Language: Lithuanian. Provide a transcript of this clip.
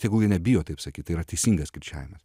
tegul jie nebijo taip sakyti tai yra teisingas kirčiavimas